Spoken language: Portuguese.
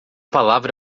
palavra